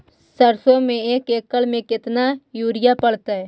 सरसों में एक एकड़ मे केतना युरिया पड़तै?